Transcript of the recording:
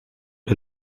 est